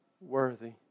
worthy